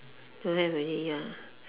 don't have already ya